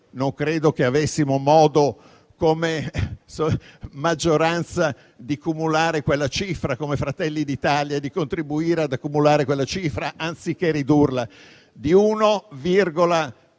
Non credo che avessimo modo, come maggioranza e come Fratelli d'Italia, di contribuire ad accumulare quella cifra, anziché ridurla di 1,15